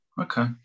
Okay